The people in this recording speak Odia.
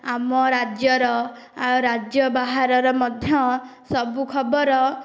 ଆମ ରାଜ୍ୟର ଆଉ ରାଜ୍ୟ ବାହାରର ମଧ୍ୟ ସବୁ ଖବର